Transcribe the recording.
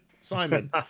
Simon